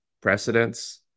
precedents